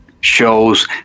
shows